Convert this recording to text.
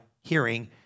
hearing